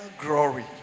glory